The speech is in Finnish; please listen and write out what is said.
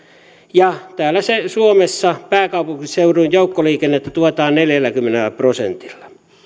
ja täällä suomessa pääkaupunkiseudun joukkoliikennettä tuetaan neljälläkymmenellä prosentilla